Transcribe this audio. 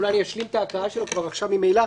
שאולי אני אשלים את ההצעה שלו כבר עכשיו ממילא,